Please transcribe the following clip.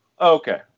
Okay